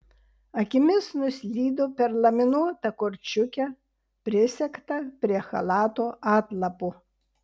akimis nuslydo per laminuotą korčiukę prisegtą prie chalato atlapo